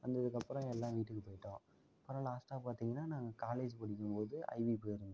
வந்ததுக்கப்புறம் எல்லாம் எங்கள் வீட்டுக்கு போய்ட்டோம் அப்புறம் லாஸ்ட்டாக பார்த்திங்கன்னா நாங்கள் காலேஜ் படிக்கும்போது ஐவி போயிருந்தோம்